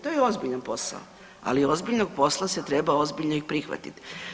To je ozbiljan posao, ali ozbiljnog posla se treba ozbiljno i prihvatiti.